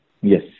Yes